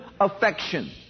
affection